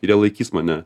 ir jie laikys mane